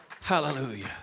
Hallelujah